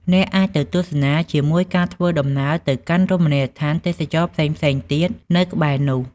អ្នកអាចទៅទស្សនាជាមួយការធ្វើដំណើរទៅកាន់រមណីយដ្ឋានទេសចរណ៍ផ្សេងៗទៀតនៅក្បែរនោះ។